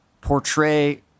portray